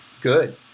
good